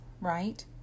right